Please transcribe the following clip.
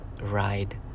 ride